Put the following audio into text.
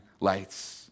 lights